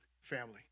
family